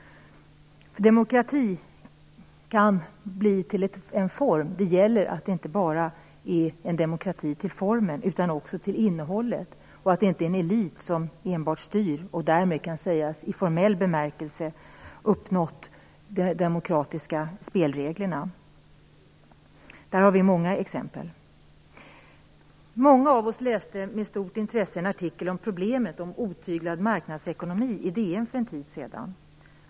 Demokrati får inte bara bli demokrati till formen utan också till innehållet. Det får inte enbart vara en elit som styr, vilka därmed i formell bemärkelse kan sägas ha uppnått de demokratiska spelreglerna. På detta finns det många exempel. Många av oss läste för en tid sedan med stort intresse en artikel i DN om problemen med en otyglad marknadsekonomi.